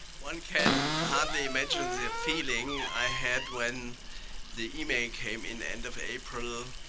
one can hardly imagine the feeling i had when the email came in the end of april,